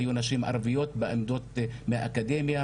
היו נשים ערביות בעמדות מהאקדמיה,